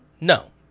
no